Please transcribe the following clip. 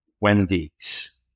Wendy's